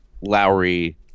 Lowry